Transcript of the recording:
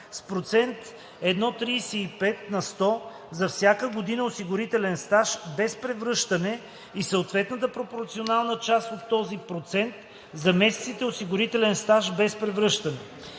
с процент 1,35 на сто за всяка година осигурителен стаж без превръщане и съответната пропорционална част от този процент за месеците осигурителен стаж без превръщане.